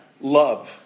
love